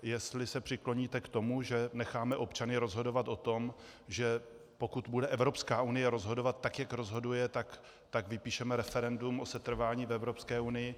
Jestli se přikloníte k tomu, že necháme občany rozhodovat o tom, že pokud bude Evropská unie rozhodovat tak, jak rozhoduje, tak vypíšeme referendum o setrvání v Evropské unii.